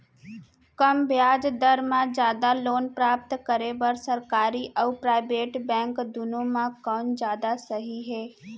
कम ब्याज दर मा जादा लोन प्राप्त करे बर, सरकारी अऊ प्राइवेट बैंक दुनो मा कोन जादा सही हे?